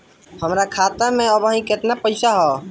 हमार खाता मे अबही केतना पैसा ह?